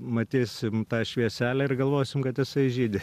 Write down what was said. matysim tą švieselę ir galvosim kad jisai žydi